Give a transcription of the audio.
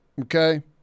okay